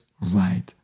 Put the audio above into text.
right